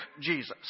Jesus